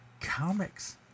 comics